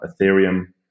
Ethereum